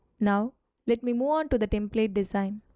now let me move on to the template design.